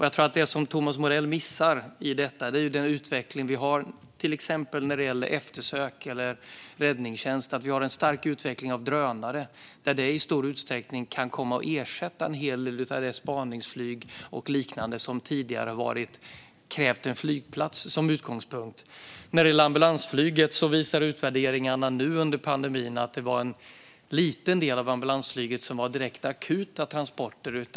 Jag tror att det som Thomas Morell missar i detta är den utveckling vi har till exempel när det gäller eftersök eller Räddningstjänsten. Vi har en stark utveckling av drönare, som i stor utsträckning kan komma att ersätta en hel del av det spaningsflyg och liknande som tidigare har krävt en flygplats som utgångspunkt. När det gäller ambulansflyget visar utvärderingarna att det under pandemin var en liten del av ambulansflyget som var direkt akuta transporter.